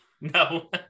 no